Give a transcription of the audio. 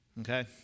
okay